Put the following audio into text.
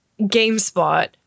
GameSpot